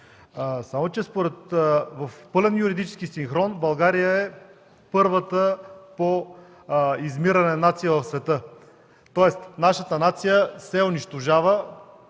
този пълен юридически синхрон България е първата по измиране нация в света, тоест нашата нация се унищожава